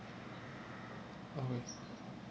oo